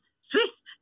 Swiss